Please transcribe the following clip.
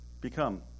become